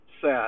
set